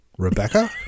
Rebecca